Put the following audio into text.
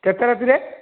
କେତେ ରାତିରେ